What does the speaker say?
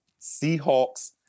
Seahawks